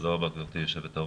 תודה רבה, גברתי היושבת-ראש.